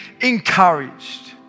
encouraged